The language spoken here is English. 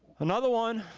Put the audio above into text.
another one,